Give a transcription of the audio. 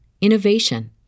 innovation